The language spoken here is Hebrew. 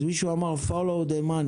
אז מישהו אמר: follow the money